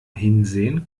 hinsehen